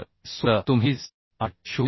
तर हे सूत्र तुम्ही IS